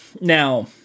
Now